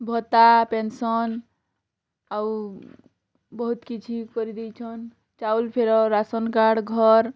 ଭତ୍ତା ପେନ୍ସନ୍ ଆଉ ବହୁତ୍ କିଛି କରି ଦେଇଛନ୍ ଚାଉଲ୍ ଫେର୍ ଆର୍ ରାସନ୍ କାର୍ଡ଼୍ ଘର୍